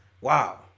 Wow